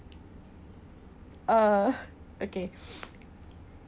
uh okay